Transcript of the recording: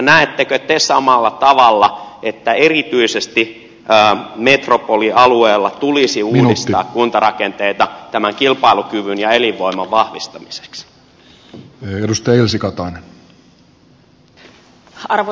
näettekö te samalla tavalla että erityisesti metropolialueella tulisi uudistaa kuntarakenteita tämän kilpailukyvyn ja elinvoiman vahvistamiseksi